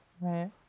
Right